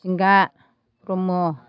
जिंगा ब्रह्म